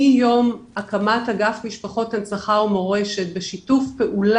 אני מאגף משפחות הנצחה ומורשת ולפני שאני מעבירה